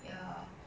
ya